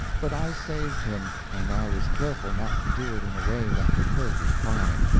but i saved him. and i was careful not to do it in a way that could hurt his pride.